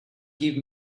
give